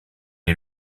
est